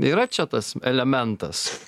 yra čia tas elementas